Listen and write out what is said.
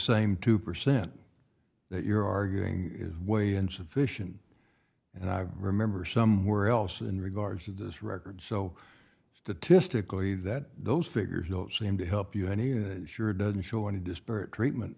same two percent that you're arguing way insufficient and i remember somewhere else in regards to this record so statistically that those figures don't seem to help you any that sure doesn't show any disparate treatment